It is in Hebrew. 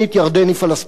ירדן היא פלסטין.